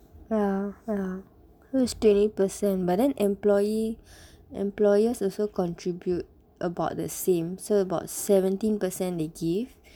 ya ya so it's twenty percent but then employee employers also contribute about the same so about seventeen percent they give